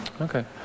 okay